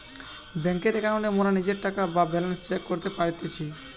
বেংকের একাউন্টে মোরা নিজের টাকা বা ব্যালান্স চেক করতে পারতেছি